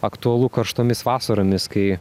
aktualu karštomis vasaromis kai